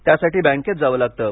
त्यासाठी बँकेत जावं लागतं